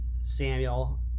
Samuel